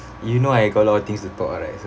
you know I got a lot of things to talk right so